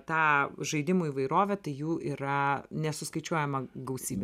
tą žaidimų įvairovę tai jų yra nesuskaičiuojama gausybė